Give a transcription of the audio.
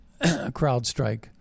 CrowdStrike